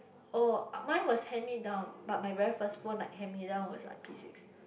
oh uh mine was hand me down but my very first phone like hand me down was like P-six